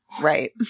Right